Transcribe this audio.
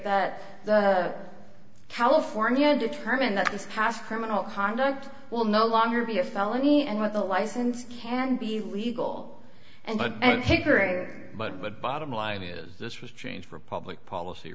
that the california determined that this past criminal conduct will no longer be a felony and with a license can be legal and the and her but but bottom line is this was changed for public policy